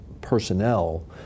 personnel